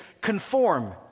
conform